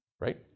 right